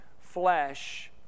flesh